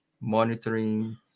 monitoring